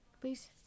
Please